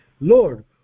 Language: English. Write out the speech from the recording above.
Lord